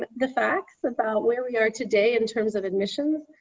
the facts about where we are today in terms of admissions,